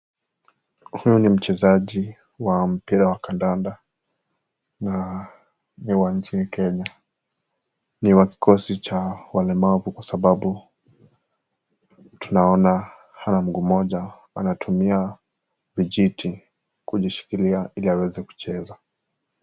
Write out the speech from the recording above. Huyu ni mchezaji wa mpira wa kandanda na ni wanchini kenya. Ni wa kikosi cha walemavu kwa sababu tunaona Hana mguu Moja ,anatumia vijiti kujishikilia Ili aweze kucheza.